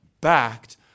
backed